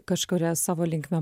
kažkuria savo linkme